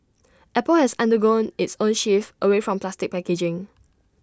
apple has undergone its own shift away from plastic packaging